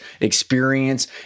experience